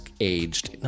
aged